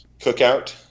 cookout